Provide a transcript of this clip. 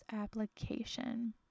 application